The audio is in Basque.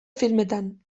filmetan